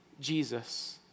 Jesus